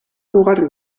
mugarri